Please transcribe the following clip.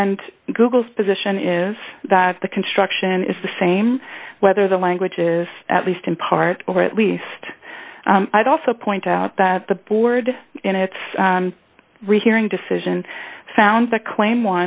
and google's position is that the construction is the same whether the language is at least in part or at least i'd also point out that the board in its rehearing decision found the claim